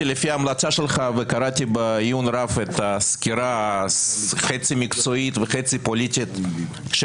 וקראתי בעיון רב את הסקירה החצי מקצועית וחצי פוליטית של